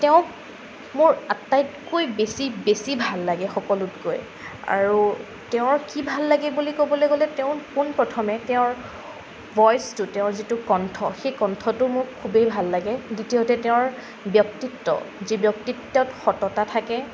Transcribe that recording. তেওঁক মোৰ আটাইতকৈ বেছি বেছি ভাল লাগে সকলোতকৈ আৰু তেওঁৰ কি ভাল লাগে বুলি ক'বলৈ গ'লে তেওঁ পোনপ্ৰথমে তেওঁৰ ভইচটো তেওঁৰ যিটো কণ্ঠ সেই কণ্ঠটো মোৰ খুবেই ভাল লাগে দ্বিতীয়তে তেওঁৰ ব্যক্তিত্ব যি ব্যক্তিত্বত সততা থাকে